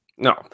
No